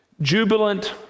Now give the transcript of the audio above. Jubilant